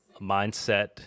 mindset